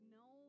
no